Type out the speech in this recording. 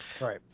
Right